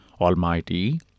Almighty